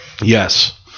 Yes